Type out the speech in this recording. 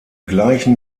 gleichen